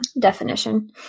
definition